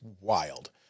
wild